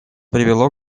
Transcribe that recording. привело